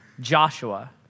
Joshua